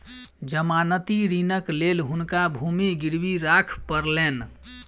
जमानती ऋणक लेल हुनका भूमि गिरवी राख पड़लैन